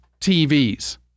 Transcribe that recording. TVs